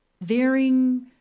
varying